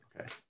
Okay